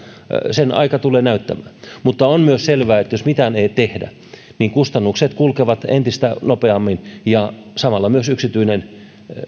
sen aika tulee näyttämään mutta on myös selvää että jos mitään ei tehdä niin kustannukset kulkevat entistä nopeammin ja samalla myös yksityinen